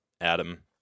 Adam